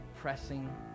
pressing